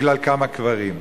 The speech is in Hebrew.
בגלל כמה קברים?